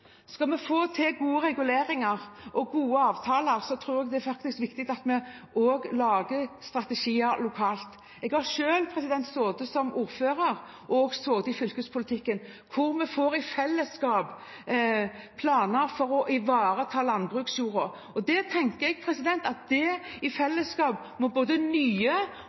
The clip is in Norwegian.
Skal vi få til gode reguleringer og gode avtaler, tror jeg det er viktig at vi også lager strategier lokalt. Jeg har selv sittet som ordfører og sittet i fylkespolitikken hvor vi i fellesskap får planer for å ivareta landbruksjorda. Det tenker jeg at både nye og gamle kommuner i Indre Østfold i fellesskap må